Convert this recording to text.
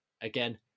again